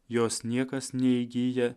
jos niekas neįgyja